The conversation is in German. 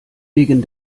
wegen